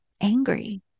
angry